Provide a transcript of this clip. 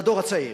לדור הצעיר,